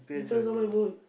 depends on my mood